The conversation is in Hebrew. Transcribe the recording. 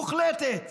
מוחלטת.